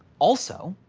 also,